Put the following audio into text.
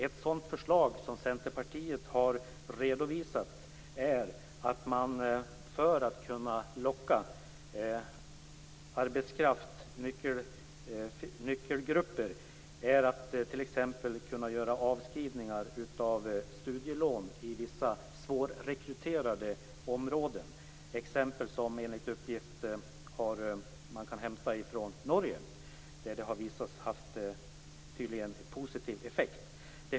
Ett sådant förslag, som redovisats av Centerpartiet, är att man för att locka till sig nyckelgrupper i arbetskraften t.ex. skall kunna ge möjlighet till avskrivning av studielån i vissa svårrekryterade områden. Enligt uppgift har detta visat sig ha en positiv effekt i Norge.